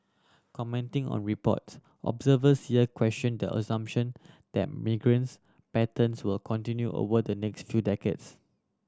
commenting on report observers here questioned the assumption that migrations patterns will continue over the next few decades